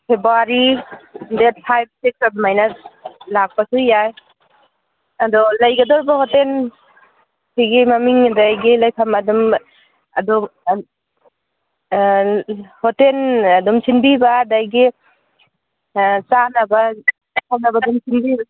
February date five six ꯑꯗꯨꯃꯥꯏꯅ ꯂꯥꯛꯄꯁꯨ ꯌꯥꯏ ꯑꯗꯣ ꯂꯩꯒꯗꯧꯔꯤꯕ ꯍꯣꯇꯦꯜꯁꯤꯒꯤ ꯃꯃꯤꯡ ꯑꯗꯩꯒꯤ ꯂꯩꯐꯝ ꯑꯗꯨꯝ ꯑꯗꯨ ꯍꯣꯇꯦꯟ ꯑꯗꯨꯝ ꯁꯤꯟꯕꯤꯕ ꯑꯗꯒꯤ ꯆꯥꯅꯕ ꯈꯣꯠꯅꯕ ꯑꯗꯨꯝ ꯁꯟꯕꯤꯕ